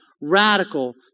radical